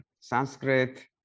Sanskrit